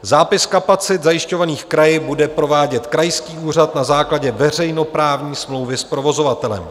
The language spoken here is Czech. Zápis kapacit zajišťovaných kraji bude provádět krajský úřad na základě veřejnoprávní smlouvy s provozovatelem.